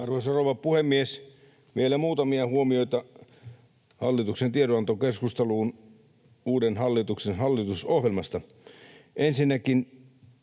Arvoisa rouva puhemies! Vielä muutamia huomioita hallituksen tiedonantokeskusteluun uuden hallituksen hallitusohjelmasta. Ensinnäkin,